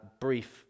brief